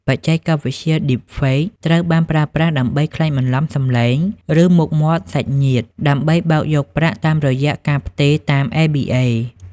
បច្ចេកវិទ្យា Deepfake ត្រូវបានប្រើប្រាស់ដើម្បីក្លែងបន្លំសម្លេង ឬមុខមាត់សាច់ញាតិ ដើម្បីបោកយកប្រាក់តាមរយៈការផ្ទេរតាម ABA។